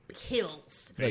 hills